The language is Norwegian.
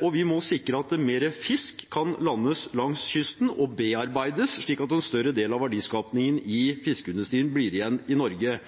og vi må sikre at mer fisk kan landes langs kysten og bearbeides, slik at en større del av verdiskapingen i fiskeindustrien blir igjen i Norge.